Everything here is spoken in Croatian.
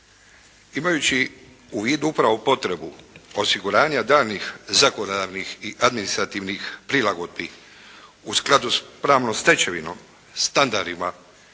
Imajući u vidu upravo potrebu osiguranja danih zakonodavnih i administrativnih prilagodbi u skladu s pravnom stečevinom, standardima